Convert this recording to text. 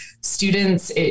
students